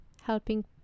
helping